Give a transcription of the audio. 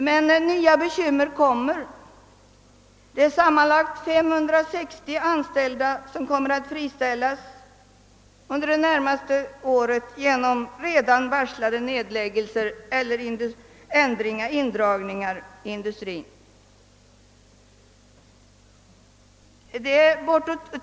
Men nya bekymmer väntar. Det är sammanlagt 560 anställda som kommer att friställas under det närmaste året genom redan varslade nedläggelser eller indragningar inom industrin.